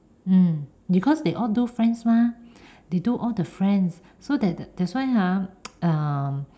mm because they all do friends mah they do all the friends so that that's why ah